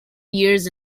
years